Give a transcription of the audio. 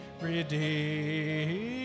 redeemed